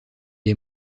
est